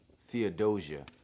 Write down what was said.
Theodosia